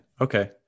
Okay